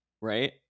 right